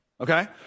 okay